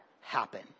happen